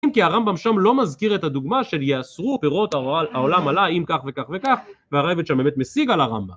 כן? כי הרמב״ם שם לא מזכיר את הדוגמה של "יאסרו פירות העולם עליי, אם" כך וכך וכך והרבת שם באמת משיג על הרמב״ם